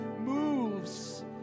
moves